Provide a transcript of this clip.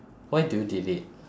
why did you delete